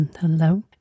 hello